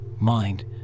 mind